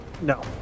No